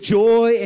joy